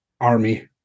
army